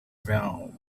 valve